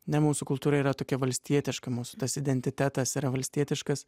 ne mūsų kultūra yra tokia valstietiška mūsų tas identitetas yra valstietiškas